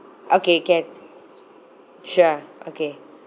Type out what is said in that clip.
okay can sure okay